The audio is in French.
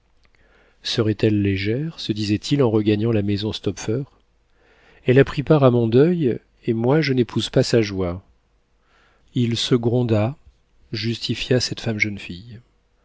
serait-elle légère se disait-il en regagnant la maison stopfer elle a pris part à mon deuil et moi je n'épouse pas sa joie il se gronda justifia cette femme jeune fille elle